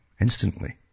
instantly